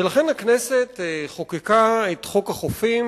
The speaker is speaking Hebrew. ולכן הכנסת חוקקה את חוק החופים,